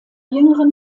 jüngeren